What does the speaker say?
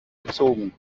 gezogen